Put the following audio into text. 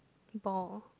ball